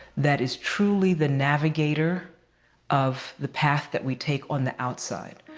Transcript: that is truly the navigator of the path that we take on the outside.